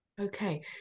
Okay